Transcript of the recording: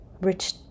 rich